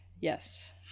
Yes